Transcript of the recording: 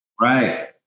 Right